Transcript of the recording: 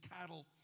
cattle